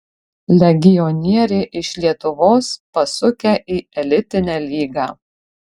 legionieriai iš lietuvos pasukę į elitinę lygą